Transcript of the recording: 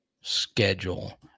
schedule